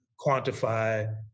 quantify